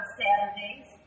Saturdays